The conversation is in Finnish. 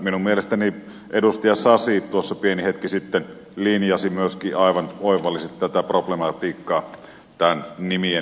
minun mielestäni edustaja sasi tuossa pieni hetki sitten linjasi myöskin aivan oivallisesti tätä problematiikkaa nimien julkisuuden osalta